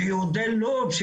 שיהודי לוב,